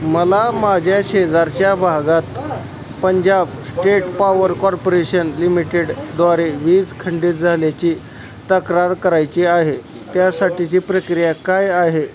मला माझ्या शेजारच्या भागात Punjab state power corporation limited द्वारे वीज खंडित झाल्याची तक्रार करायची आहे त्यासाठीची प्रक्रिया काय आहे